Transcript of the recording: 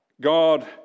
God